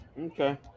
Okay